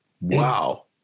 wow